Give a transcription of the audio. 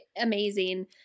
amazing